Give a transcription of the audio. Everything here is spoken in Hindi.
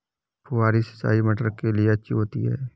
फुहारी सिंचाई मटर के लिए अच्छी होती है?